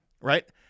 right